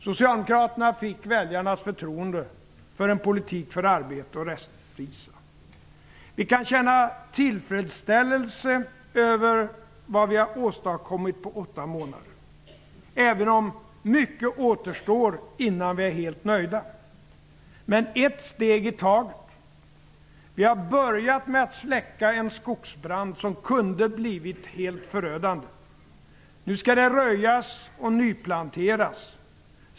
Socialdemokraterna fick väljarnas förtroende för en politik för arbete och rättvisa. Vi kan känna tillfredsställelse över vad vi har åstadkommit på åtta månader, även om mycket återstår innan vi är helt nöjda. Men vi tar ett steg i taget. Vi har börjat med att släcka en skogsbrand som kunde blivit helt förödande. Nu skall det röjas och nyplanteras.